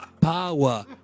power